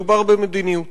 מדובר במדיניות.